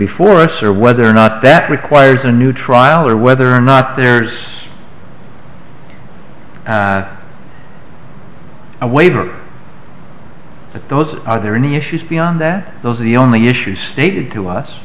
before us are whether or not that requires a new trial or whether or not there's a waiver those are there any issues beyond there those are the only issues stated to